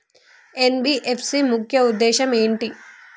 NBFC ముఖ్య ఉద్దేశం ఏంటి?